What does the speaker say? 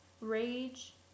rage